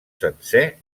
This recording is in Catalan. sencer